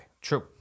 True